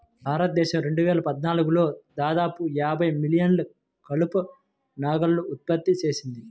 భారతదేశం రెండు వేల పద్నాలుగులో దాదాపు యాభై మిలియన్ల కలప లాగ్లను ఉత్పత్తి చేసింది